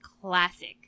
classic